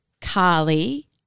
Carly